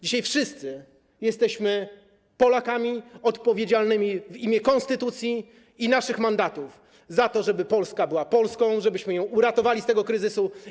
Dzisiaj wszyscy jesteśmy Polakami odpowiedzialnymi w imię konstytucji i naszych mandatów za to, żeby Polska była Polską, żebyśmy ją uratowali z tego kryzysu.